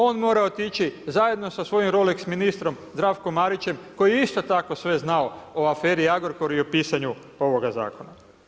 On mora otići zajedno sa svojim Rolex ministrom Zdravkom Marićem, koji je isto tako sve znao o aferi Agrokor i o pisanju ovoga zakona.